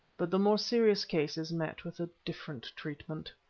but the more serious cases met with a different treatment.